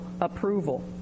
approval